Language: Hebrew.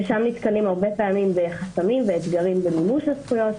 ששם נתקלים הרבה פעמים בחסמים ואתגרים במימוש הזכויות.